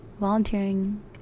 volunteering